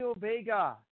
Vega